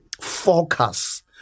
Focus